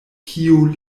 kiun